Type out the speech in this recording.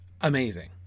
amazing